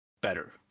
better